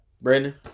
Brandon